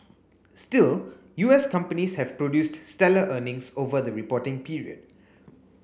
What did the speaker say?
still U S companies have produced stellar earnings over the reporting period